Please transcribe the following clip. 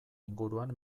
inguruan